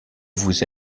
vous